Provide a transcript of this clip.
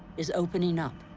is opening up.